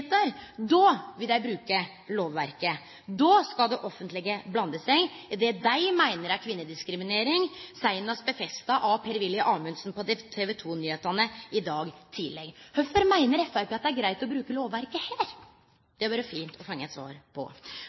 då vil dei bruke lovverket. Då skal det offentlege blande seg i det dei meiner er kvinnediskriminering, seinast stadfesta av Per-Willy Amundsen på TV 2-nyheitene i dag tidleg. Kvifor meiner Framstegspartiet det er greitt å bruke lovverket her? Det hadde det vore fint å få eit svar på.